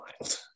wild